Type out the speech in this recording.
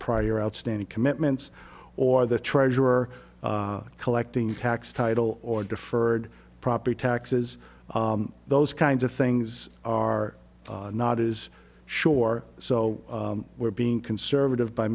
prior outstanding commitments or the treasurer collecting tax title or deferred property taxes those kinds of things are not is shore so we're being conservative by